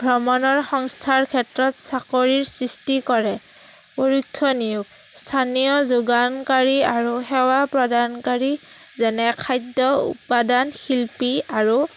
ভ্ৰমণৰ সংস্থাৰ ক্ষেত্ৰত চাকৰিৰ সৃষ্টি কৰে পৰীক্ষ নিয়োগ স্থানীয় যোগানকাৰী আৰু সেৱা প্ৰদানকাৰী যেনে খাদ্য উৎপাদান শিল্পী আৰু